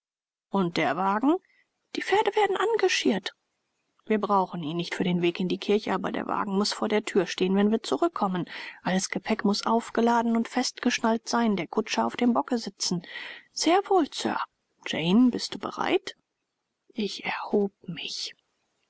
und der wagen die pferde werden angeschirrt wir brauchen ihn nicht für den weg in die kirche aber der wagen muß vor der thür stehen wenn wir zurückkommen alles gepäck muß aufgeladen und festgeschnallt sein der kutscher auf dem bocke sitzen sehr wohl sir jane bist du bereit ich erhob mich